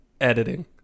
Editing